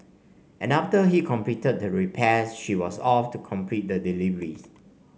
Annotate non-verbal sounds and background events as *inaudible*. and after he completed the repairs she was off to complete the delivery *unintelligible*